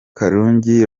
karungi